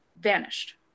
vanished